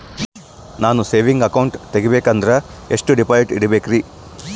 ನಾನು saving account ತೆಗಿಬೇಕಂದರ ಎಷ್ಟು ಡಿಪಾಸಿಟ್ ಇಡಬೇಕ್ರಿ?